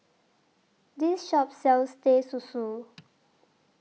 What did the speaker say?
This Shop sells Teh Susu